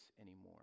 anymore